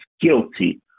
guilty